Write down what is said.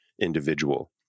individual